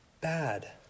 bad